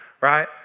Right